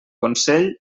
consell